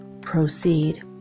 proceed